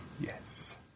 Yes